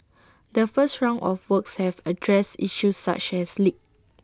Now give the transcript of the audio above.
the first round of works have addressed issues such as leaks